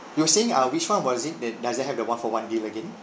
you were saying uh which one was it that doesn't have the one-for-one deal again